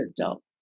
adult